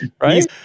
right